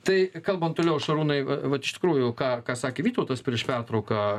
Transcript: tai kalbant toliau šarūnai va vat iš tikrųjų ką ką sakė vytautas prieš pertrauką